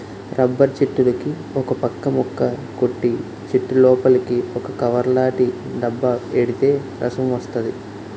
rubber చెట్టులుకి ఒకపక్క ముక్క కొట్టి చెట్టులోపలికి ఒక కవర్లాటి డబ్బా ఎడితే రసం వస్తది